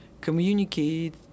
communicate